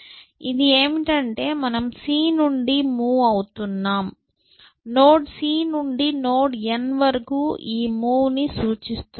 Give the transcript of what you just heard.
ఇది ఏమిటంటే మనం c నుండి మూవ్ అవుతున్నాం నోడ్ c నుండి నోడ్ n వరకు ఈ మూవ్ ని సూచిస్తున్నాం